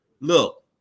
look